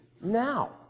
now